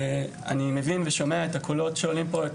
אני מבין ושומע את הקולות שעולים פה,